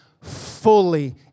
fully